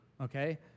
okay